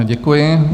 Děkuji.